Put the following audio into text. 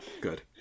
Good